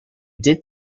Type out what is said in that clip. did